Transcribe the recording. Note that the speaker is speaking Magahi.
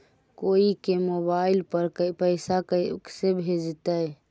कोई के मोबाईल पर पैसा कैसे भेजइतै?